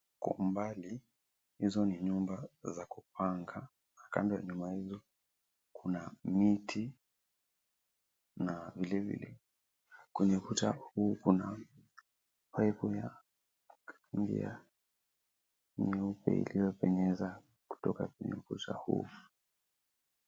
Kwa umbali, hizo ni nyumba za kupanga. Kando ya nyumba hizo kuna miti na vile vile, kwenye ukuta huu kuna paipu ya rangi ya nyeupe iliyopenyeza kutoka kwenye ukuta huu.